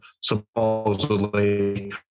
supposedly